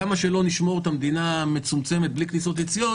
כמה שלא נשמור את המדינה מצומצמת בלי כניסות יציאות